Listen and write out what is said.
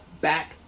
back